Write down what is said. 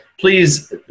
please